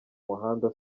muhanda